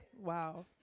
Wow